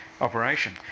operation